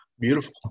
Beautiful